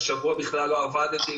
"השבוע בכלל לא עבדתי,